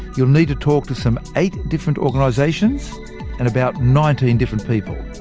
you'll need to talk to some eight different organisations, and about nineteen different people.